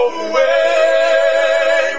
away